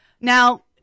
Now